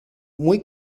muy